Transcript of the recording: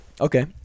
Okay